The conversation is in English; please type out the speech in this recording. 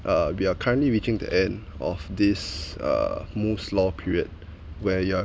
uh we are currently reaching the end of this uh moore's law period where you are